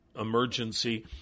emergency